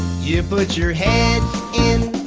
you put your head in,